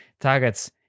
targets